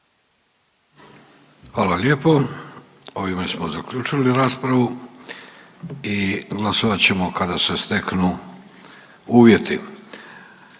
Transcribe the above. Hvala lijepo. Ovime smo zaključili raspravu i glasovat ćemo kada se steknu uvjeti.